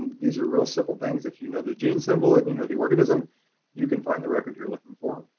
these are real simple things. if you know the gene symbol and you know the organism you can find the record if you're looking for.